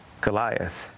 Goliath